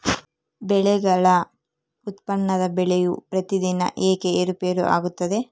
ಬೆಳೆಗಳ ಉತ್ಪನ್ನದ ಬೆಲೆಯು ಪ್ರತಿದಿನ ಏಕೆ ಏರುಪೇರು ಆಗುತ್ತದೆ?